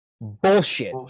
bullshit